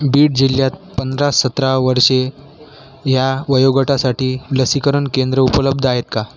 बीड जिल्ह्यात पंधरा सतरा वर्षे ह्या वयोगटासाठी लसीकरण केंद्र उपलब्ध आहेत का